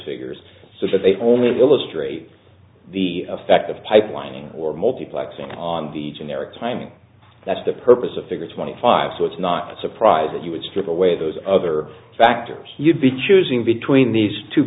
figures so that they only illustrate the effect of pipelining or multiplexing on the generic time that's the purpose of figure twenty five so it's not a surprise that you would strip away those other factors you'd be choosing between these two